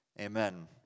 Amen